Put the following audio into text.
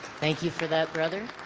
thank you for that brother